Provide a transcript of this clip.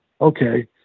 okay